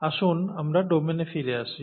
আসুন আমরা ডোমেনে ফিরে আসি